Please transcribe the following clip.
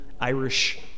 Irish